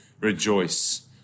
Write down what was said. rejoice